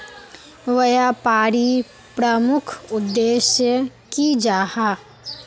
व्यापारी प्रमुख उद्देश्य की जाहा?